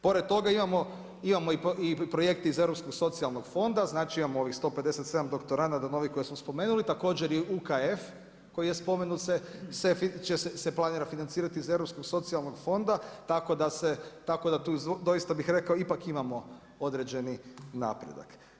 Pored toga imamo projekte iz europskog socijalnog fonda, znači imamo ovih 157 doktoranda novih koje smo spomenuli, također i UKF koji je spomenut, se planira financirati iz Europskog socijalnog fonda, tako da tu doista bi rekao, ipak imamo određeni napredak.